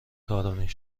طارمی